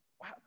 Wow